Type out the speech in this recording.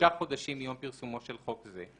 שישה חודשים מיום פרסומו של חוק זה: